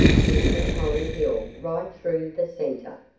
piercing holly hill right through the center.